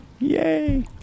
Yay